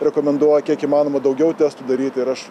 rekomenduoja kiek įmanoma daugiau testų daryt ir aš